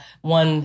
one